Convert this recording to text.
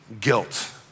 guilt